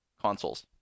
consoles